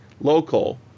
local